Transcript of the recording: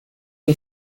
que